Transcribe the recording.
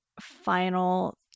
final